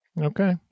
Okay